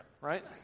right